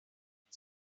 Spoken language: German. hat